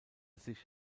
sich